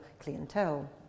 clientele